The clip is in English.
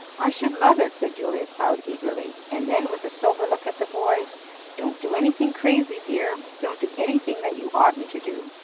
i should love it, said julia cloud eagerly, and then with a sober look at the boy don't do anything crazy, dear! don't do anything that you oughtn't to do.